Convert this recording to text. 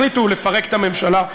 אולי תשאל את ראש הממשלה.